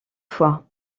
fois